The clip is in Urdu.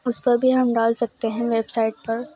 اس پر بھی ہم ڈال سکتے ہیں ویب سائٹ پر